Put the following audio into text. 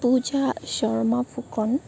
Puja Sharma Phukan